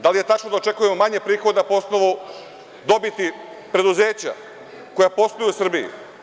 Da li je tačno da očekujemo manje prihoda po osnovu dobiti preduzeća koja posluju u Srbiji?